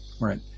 Right